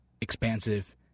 expansive